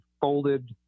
folded